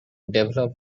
develop